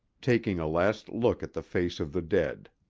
taking a last look at the face of the dead.